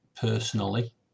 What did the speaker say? personally